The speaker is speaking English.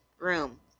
room